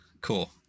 cool